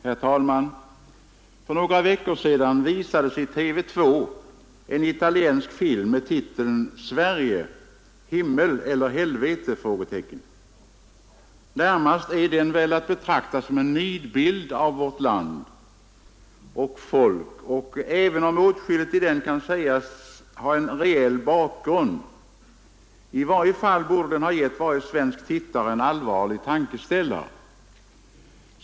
Herr talman! För några veckor sedan visades i TV 2 en italiensk film med titeln ”Sverige — himmel eller helvete?” Närmast är den väl att betrakta som en nidbild av vårt land och folk, även om åtskilligt i den kan sägas ha en reell bakgrund, I varje fall borde den ha gett varje svensk tittare en allvarlig tankeställare.